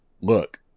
Look